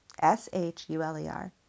S-H-U-L-E-R